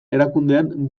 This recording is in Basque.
erakundean